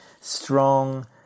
strong